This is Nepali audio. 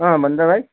अँ भन्नु त भाइ